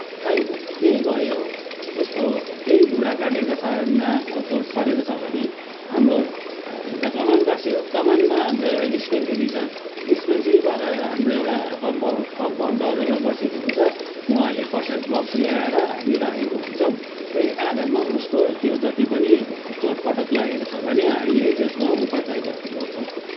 कहीँ केही भयो उसको केही घुँडा काटेको छ ना चोट परेको छ भने हाम्रो हामी त कमानवासी हो कमानमा हाम्रो एउटा डिस्पेन्सरी छ डिस्पेन्सरीबाट हाम्रो एउटा कम्पाउर कम्पाउन्डर एउटा बसेको हुन्छ उहाँले फर्स्ट एड बक्स ल्याएर हामी राखेको हुन्छौँ त्यही आधारमा उसको त्यो जति पनि चोटपटक लागेको छ भने हामीले त्यसमा उपचार ग गर्छौँ